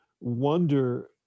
wonder